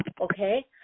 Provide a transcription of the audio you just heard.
Okay